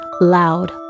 loud